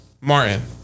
Martin